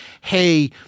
hey